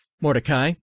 Mordecai